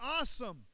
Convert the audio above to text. awesome